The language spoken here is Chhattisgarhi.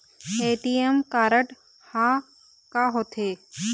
ए.टी.एम कारड हा का होते?